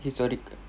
historic